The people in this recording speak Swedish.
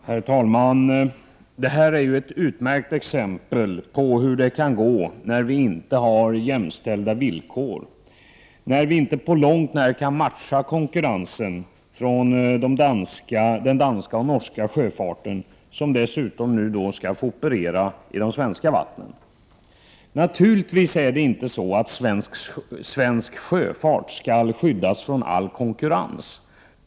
Herr talman! Detta är ett utmärkt exempel på hur det kan gå när vi inte har jämlika villkor, när vi inte på långt när kan matcha konkurrensen från den danska och den norska sjöfarten, som nu dessutom skall få operera i de svenska vattnen. Naturligtvis skall inte svensk sjöfart skyddas från all konkurrens.